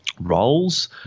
roles